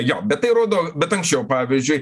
jo bet tai rodo bet anksčiau pavyzdžiui